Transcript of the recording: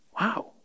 Wow